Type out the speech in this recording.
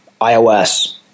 iOS